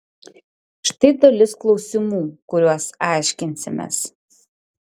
štai dalis klausimų kuriuos aiškinsimės